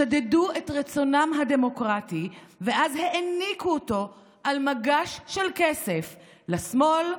שדדו את רצונם הדמוקרטי ואז העניקו אותו על מגש של כסף לשמאל,